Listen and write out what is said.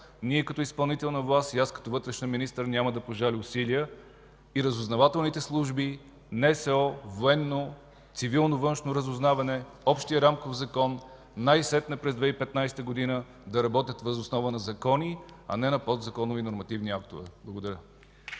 Ние, като изпълнителна власт, и аз, като вътрешен министър, няма да пожалим усилия – разузнавателните служби, НСО, военно, цивилно външно разузнаване, общият рамков закон, най-сетне през 2015 г. да работят въз основа на закони, а не на подзаконови нормативни актове. Благодаря.